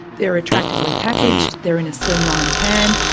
they are attractively packaged, they are in a slimline can,